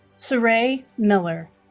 soray miller